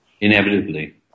Inevitably